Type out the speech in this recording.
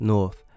North